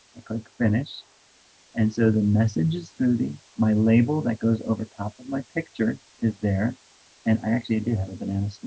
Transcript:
i click finish and so the message is smoothie my label that goes over top of my picture is there and i actually did have a banana